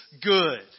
good